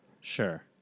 Sure